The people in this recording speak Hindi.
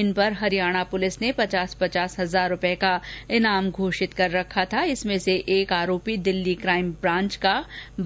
इन पर हरियाणा पुलिस ने पचास पचास हजार रूपए का इनाम घोषित कर रखा था इसमें से एक आरोपी दिल्ली काइम ब्रांच का